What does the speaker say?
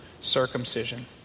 circumcision